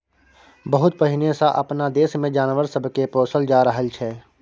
बहुत पहिने सँ अपना देश मे जानवर सब के पोसल जा रहल छै